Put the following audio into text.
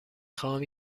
خواهم